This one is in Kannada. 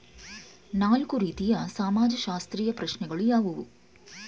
ನಾಲ್ಕು ರೀತಿಯ ಸಮಾಜಶಾಸ್ತ್ರೀಯ ಪ್ರಶ್ನೆಗಳು ಯಾವುವು?